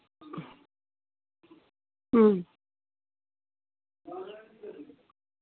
अं